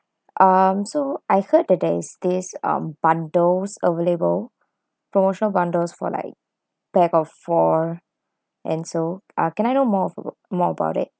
um so I heard that there is this um bundles available promotional bundles for like pax of four and so uh can I know more of a~ more about it